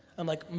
i'm like,